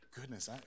goodness